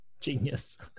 genius